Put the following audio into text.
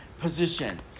position